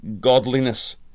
godliness